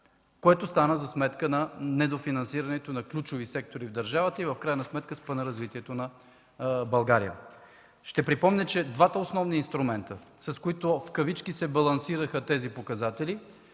което стана за сметка на недофинансирането на ключови сектори в държавата и в крайна сметка спъна развитието на България. Ще припомня, че двата основни инструмента, с които „се балансираха” тези показатели,